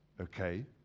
Okay